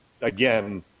again